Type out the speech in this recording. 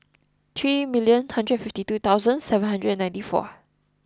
three million hundred fifty two thousand seven hundred and ninety four